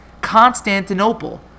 Constantinople